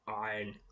iron